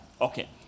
Okay